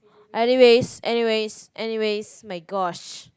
anyways anyways anyways my gosh